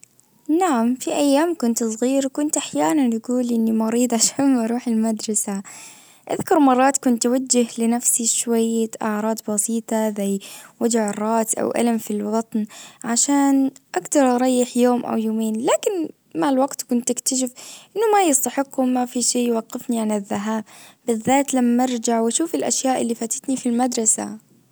نعم في ايام كنت صغير كنت احيانا يقول لي اني مريضة عشان ما اروح المدرسة. اذكر مرات كنت اوجه لنفسي شوية اعراض بسيطة زي وجع الراس او الم في البطن عشان اقدر اريح يوم او يومين لكن مع الوقت كنت أكتشف انه ما يستحق وما في شي يوقفني عن الذهاب بالذات لما ارجع واشوف الاشياء اللي فاتتني في المدرسة.